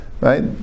right